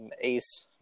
ace